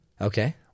Okay